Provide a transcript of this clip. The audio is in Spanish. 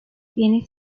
tiene